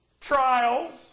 Trials